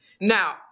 Now